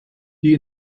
die